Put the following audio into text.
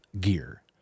gear